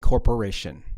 corporation